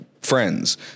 friends